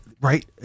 right